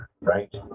right